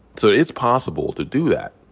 so it is possible to do that.